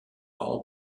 all